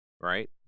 Right